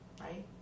right